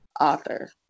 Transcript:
author